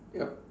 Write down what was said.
yup